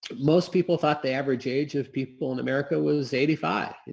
most people thought the average age of people in america was eighty five,